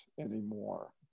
anymore